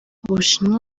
ubushinwa